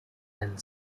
nennen